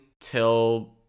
till